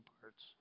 parts